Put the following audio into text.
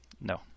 No